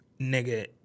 nigga